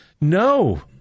No